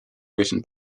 written